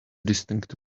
distinct